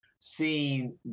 seeing